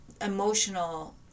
emotional